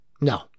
No